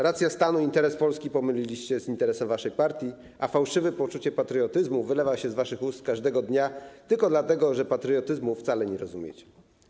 Rację stanu, interes Polski pomyliliście z interesem waszej partii, a fałszywe poczucie patriotyzmu wylewa się z waszych ust każdego dnia tylko dlatego, że patriotyzmu wcale nie rozumiecie.